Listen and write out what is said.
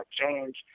change